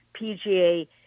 PGA